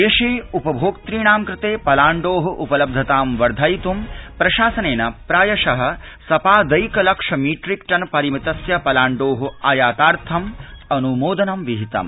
देशे उपभोक्तृणां कृते पलाण्डोः उप लब्धतां वर्धयित्ं प्रशासनेन प्रायशः सपादैकलक्ष मीट्रिकटन परिमितस्य पलाण्डोः आयातार्थम् अनुमोदन विहितम्